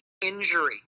injury